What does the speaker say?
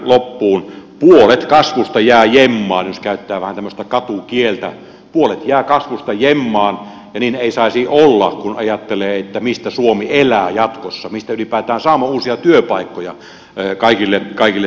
puolet kasvusta jää jemmaan jos käyttää vähän tämmöistä katukieltä puolet jää kasvusta jemmaan ja niin ei saisi olla kun ajattelee mistä suomi elää jatkossa mistä ylipäätään saamme uusia työpaikkoja kaikille suomalaisille